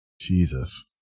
Jesus